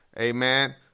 amen